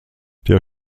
der